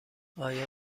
آیا